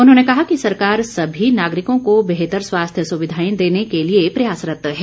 उन्होंने कहा कि सरकार सभी नागरिकों को बेहतर स्वास्थ्य सुविधाएं देने के लिए प्रयासरत्त है